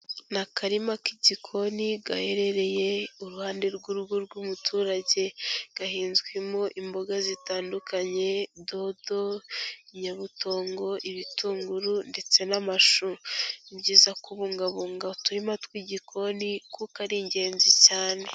Ni akarima k'igikoni gaherereye uruhande rw'urugo rw'umuturage, gahinzwemo imboga zitandukanye, dodo, inyabutongo, ibitunguru ndetse n'amashu. Ni byiza kubungabunga uturima tw'igikoni kuko ari ingenzi cyane.